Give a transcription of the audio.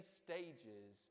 stages